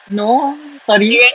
no sorry